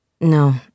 No